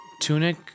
tunic